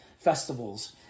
festivals